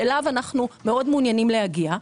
שאליו אנחנו מאוד מעוניינים להגיע,